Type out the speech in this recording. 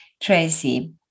Tracy